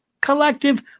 collective